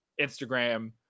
Instagram